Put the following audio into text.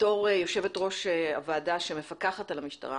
כיושבת ראש הוועדה שמפקחת על המשטרה,